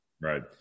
Right